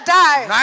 die